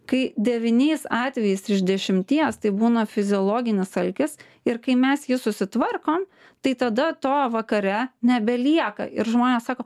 kai devyniais atvejais iš dešimties tai būna fiziologinis alkis ir kai mes jį susitvarkom tai tada to vakare nebelieka ir žmonės sako